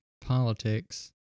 politics